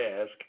ask